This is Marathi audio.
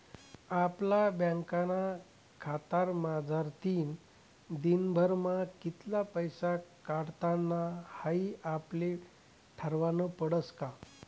आपला बँकना खातामझारतीन दिनभरमा कित्ला पैसा काढानात हाई आपले ठरावनं पडस का